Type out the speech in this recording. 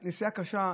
הייתה נסיעה קשה.